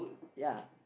ya